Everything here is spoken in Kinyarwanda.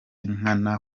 nkana